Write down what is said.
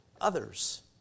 others